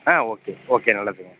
ஆ okay okay நல்லதுங்க